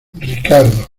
ricardo